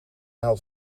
had